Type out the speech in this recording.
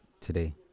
today